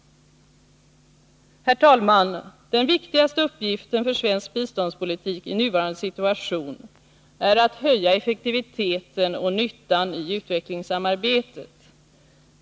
Herr talman! Den viktigaste uppgiften för svensk biståndspolitik i nuvarande situation är att höja effektiviteten och nyttan i utvecklingssamarbetet.